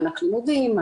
מענק לימודים,